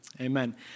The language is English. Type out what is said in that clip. Amen